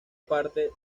parte